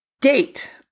Date